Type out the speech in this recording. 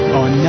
on